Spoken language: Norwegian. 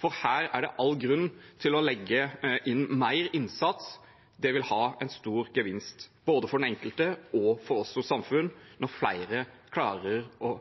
for her er det all grunn til å legge inn mer innsats. Det vil ha en stor gevinst, både for den enkelte og for oss som samfunn, når flere klarer å